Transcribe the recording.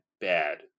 bad